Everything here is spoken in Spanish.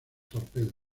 torpedos